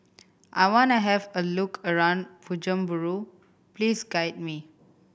I want to have a look around Bujumbura Please guide me